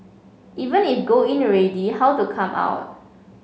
even if go in already how to come out